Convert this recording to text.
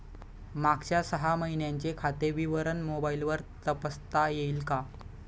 मागच्या सहा महिन्यांचे खाते विवरण मोबाइलवर तपासता येईल का?